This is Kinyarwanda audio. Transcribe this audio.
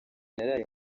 naraye